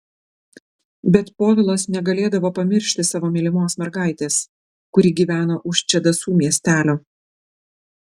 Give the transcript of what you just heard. bet povilas negalėdavo pamiršti savo mylimos mergaitės kuri gyveno už čedasų miestelio